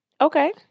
Okay